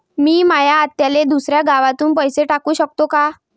मी माया आत्याले दुसऱ्या गावातून पैसे पाठू शकतो का?